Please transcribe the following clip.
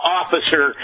officer